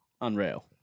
unreal